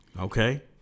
okay